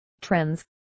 trends